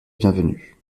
bienvenue